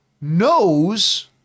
knows